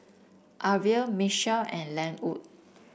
Arvel Mitchell and Lenwood